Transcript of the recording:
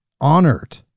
honored